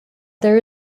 there